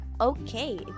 okay